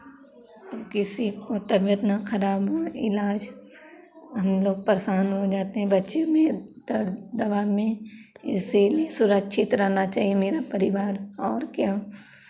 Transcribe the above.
किसी को तबियत ना खराब हो इलाज़ हम लोग परेशान हो जाते हैं बच्चों में दर्द दवा में इसीलिए सुरक्षित रहना चाहिए मेरा परिवार और क्या